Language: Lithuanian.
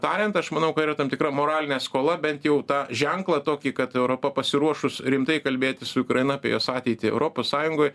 tariant aš manau kad yra tam tikra moralinė skola bent jau tą ženklą tokį kad europa pasiruošus rimtai kalbėtis su ukraina apie jos ateitį europos sąjungoj